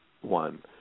one